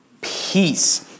peace